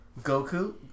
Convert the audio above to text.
Goku